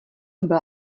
byla